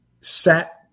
set